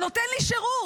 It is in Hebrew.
שנותן לי שירות.